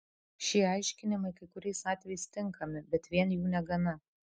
šie aiškinimai kai kuriais atvejais tinkami bet vien jų negana